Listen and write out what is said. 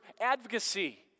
advocacy